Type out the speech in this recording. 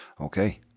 Okay